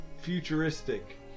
futuristic